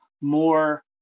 more